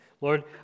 Lord